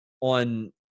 on